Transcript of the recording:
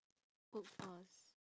workforce